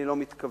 אני לא מתכוון